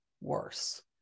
worse